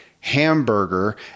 hamburger